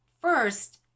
First